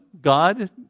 God